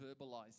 verbalize